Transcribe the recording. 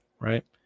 right